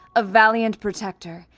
a valiant protector,